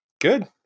good